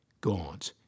God